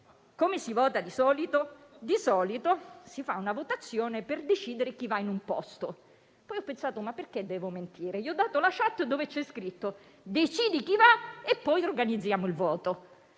come si vota di solito? Di solito si fa una votazione per decidere chi va in un posto. Poi ho pensato: ma perché devo mentire? Allora gli ho dato la *chat* dove c'è scritto: «Decidi chi va e poi organizziamo il voto».